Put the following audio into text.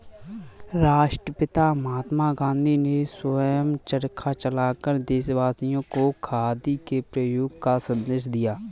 राष्ट्रपिता महात्मा गांधी ने स्वयं चरखा चलाकर देशवासियों को खादी के प्रयोग का संदेश दिया